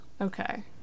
okay